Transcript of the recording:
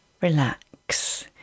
relax